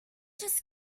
just